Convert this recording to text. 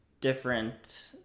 different